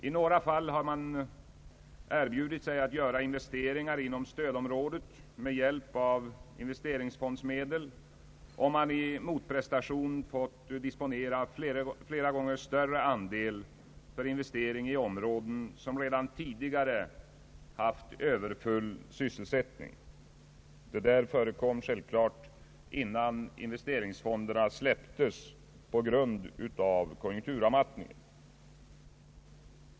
I några fall har man erbjudit sig att göra investeringar inom stödområdet med hjälp av investeringsfondsmedel, om man i motprestation har fått disponera flera gånger större andel för investering i områden som redan tidigare har haft överfull sysselsättning. Detta förekom självklart innan investeringsfonderna släpptes på grund av konjunkturavmattningen.